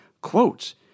quotes